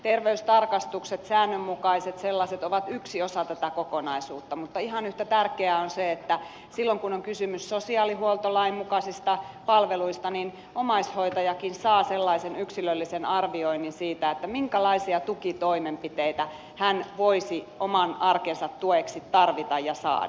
terveystarkastukset säännönmukaiset sellaiset ovat yksi osa tätä kokonaisuutta mutta ihan yhtä tärkeää on se että silloin kun on kysymys sosiaalihuoltolain mukaisista palveluista niin omaishoitajakin saa sellaisen yksilöllisen arvioinnin siitä minkälaisia tukitoimenpiteitä hän voisi oman arkensa tueksi tarvita ja saada